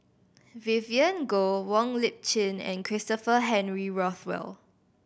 Vivien Goh Wong Lip Chin and Christopher Henry Rothwell